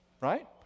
right